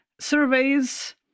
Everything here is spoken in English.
surveys